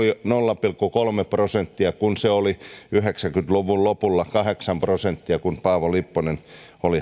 nolla pilkku kolme prosenttia kun se oli yhdeksänkymmentä luvun lopulla kahdeksan prosenttia kun paavo lipponen oli